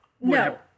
no